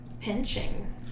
pinching